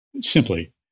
Simply